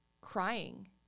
crying